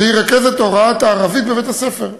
שהיא רכזת הוראת הערבית בבית-הספר,